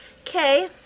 okay